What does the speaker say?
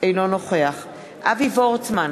אינו נוכח אבי וורצמן,